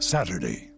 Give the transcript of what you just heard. Saturday